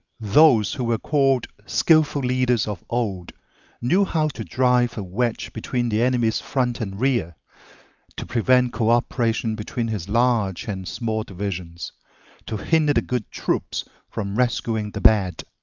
those who were called skillful leaders of old knew how to drive a wedge between the enemy's front and rear to prevent co-operation between his large and small divisions to hinder the good troops from rescuing the bad,